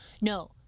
no